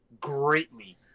greatly